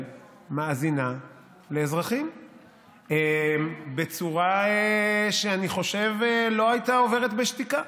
מאזינה לאזרחים בצורה שאני חושב שלא הייתה עוברת בשתיקה.